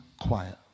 quiet